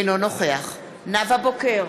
אינו נוכח נאוה בוקר,